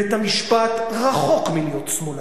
בית-המשפט רחוק מלהיות שמאלני.